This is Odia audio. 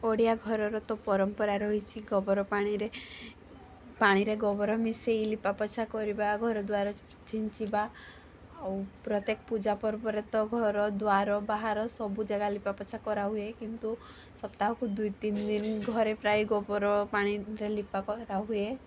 ଓଡ଼ିଆ ଘରର ତ ପରମ୍ପରା ରହିଛି ଗୋବର ପାଣିରେ ପାଣିରେ ଗୋବର ମିଶାଇ ଲିପାପୋଛା କରିବା ଘରଦ୍ୱାର ଛିଞ୍ଚିବା ଆଉ ପ୍ରତ୍ୟେକ ପୂଜପର୍ବ ରେ ତ ଘର ଦ୍ୱାରା ବାହାର ସବୁ ଯାଗା ଲିପା ପୋଛା କରାହୁଏ କିନ୍ତୁ ସପ୍ତାହ କୁ ଦୁଇ ତିନି ଦିନ ଘରେ ପ୍ରାୟ ଗୋବର ପାଣିରେ ଲିପା ହୁଏ